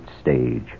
stage